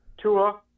Tua